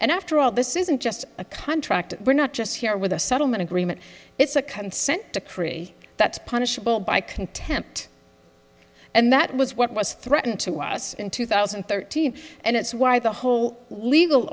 and after all this isn't just a contract we're not just here with a settlement agreement it's a consent decree that's punishable by contempt and that was what was threatened to us in two thousand and thirteen and it's why the whole legal